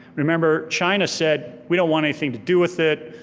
remember china said we don't want anything to do with it,